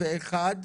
פה אחד.